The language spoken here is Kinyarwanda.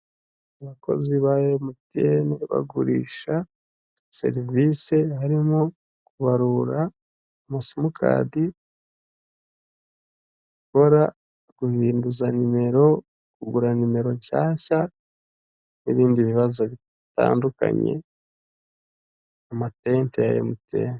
Abakozi ba emutiyene bagurisha serivisi harimo kubarura ama simukadi, guhinduza nimero, kugura nimero nshyashya n'ibindi bibazo bitandukanye, amatente ya emutiyene.